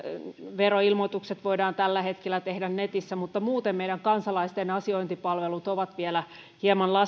veroilmoitukset voidaan tällä hetkellä tehdä netissä mutta muuten meidän kansalaisten asiointipalvelut ovat vielä hieman